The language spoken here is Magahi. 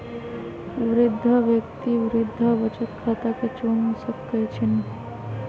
वृद्धा व्यक्ति वृद्धा बचत खता के चुन सकइ छिन्ह